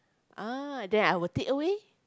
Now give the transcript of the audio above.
ah then I will takeaway